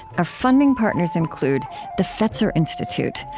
our funding partners include the fetzer institute,